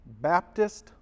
Baptist